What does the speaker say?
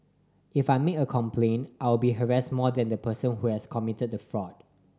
if I make a complaint I will be harassed more than the person who has committed the fraud